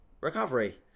recovery